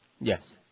Yes